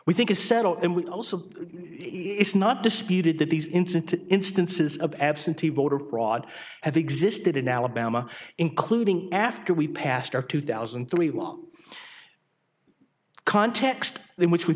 we think is settled and we also it's not disputed that these instant instances of absentee voter fraud have existed in alabama including after we passed our two thousand and three law context in which we